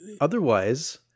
Otherwise